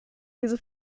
diese